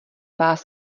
vás